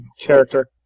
Character